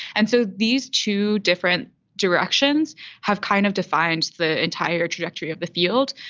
and so these two different directions have kind of defined the entire trajectory of the field.